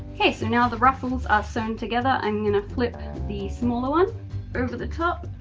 okay, so now the ruffles are sewn together i mean gonna flip the smaller ones over the top,